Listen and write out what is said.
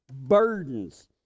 burdens